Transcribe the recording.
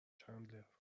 چندلر